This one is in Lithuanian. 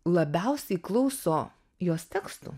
labiausiai klauso jos tekstų